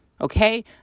Okay